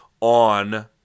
on